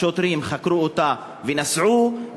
השוטרים חקרו אותה ונסעו,